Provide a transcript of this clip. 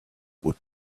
would